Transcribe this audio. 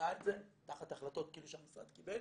ביצעה את זה, תחת החלטות שהמשרד קיבל,